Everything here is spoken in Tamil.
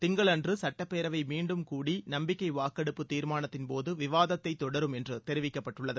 திங்களன்று சட்டப்பேரவை மீண்டும் கூடி நம்பிக்கை வாக்கெடுப்புத் தீாமானத்தின் போது விவாதத்தை தொடரும் என்று தெரிவிவக்கப்பட்டுள்ளது